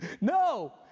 No